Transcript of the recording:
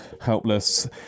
helpless